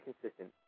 consistent